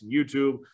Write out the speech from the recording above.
youtube